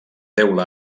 teula